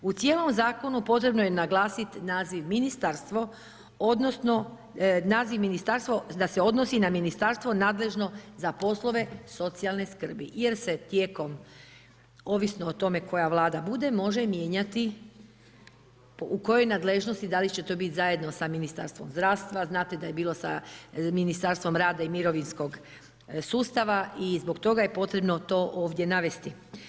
U cijelom zakonu potrebno je naglasiti ministarstvo odnosno naziv ministarstvo da se odnosi na ministarstvo nadležno za poslove socijalne skrbi jer se tijekom ovisno o tome koja Vlada bude, može mijenjati u kojoj nadležnosti, da li će tu biti zajedno sa Ministarstvom zdravstva, znate da je bilo sa Ministarstvom rada i mirovinskog sustava i zbog toga je potrebno to ovdje navesti.